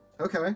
okay